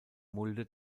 mulde